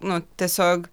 nu tiesiog